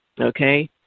Okay